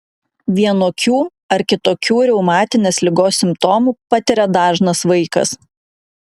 vienokių ar kitokių reumatinės ligos simptomų patiria dažnas vaikas